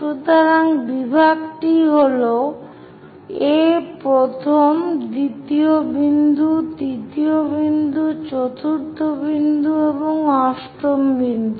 সুতরাং বিভাগটি হল A প্রথম দ্বিতীয় বিন্দু তৃতীয় বিন্দু চতুর্থ বিন্দু এবং অষ্টম বিন্দু